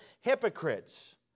hypocrites